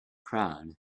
crowd